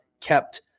kept